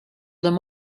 them